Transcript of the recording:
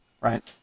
right